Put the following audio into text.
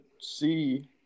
see